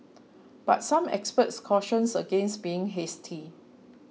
but some experts cautioned against being hasty